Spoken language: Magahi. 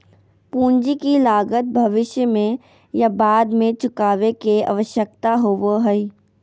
पूंजी की लागत भविष्य में या बाद में चुकावे के आवश्यकता होबय हइ